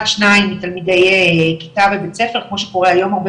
שניים מתלמידי כיתה בבית ספר כמו שקורה היום הרבה